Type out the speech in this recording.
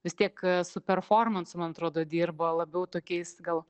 vis tiek su performansu man atrodo dirba labiau tokiais gal